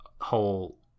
whole